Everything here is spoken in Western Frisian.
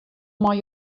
mei